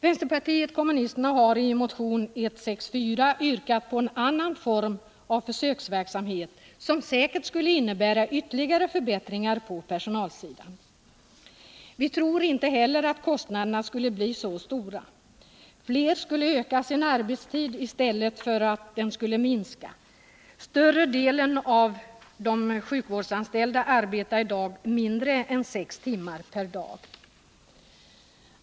Vpk har i motion 164 yrkat på en annan form av försöksverksamhet som säkert skulle innebära ytterligare förbättringar på personalsidan. Vi tror inte heller att kostnaderna skulle bli så stora. Fler skulle öka sin arbetstid i stället för att den skulle minska. Större delen sjukvårdsanställda arbetar i dag mindre än sex timmar per dag.